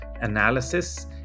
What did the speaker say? analysis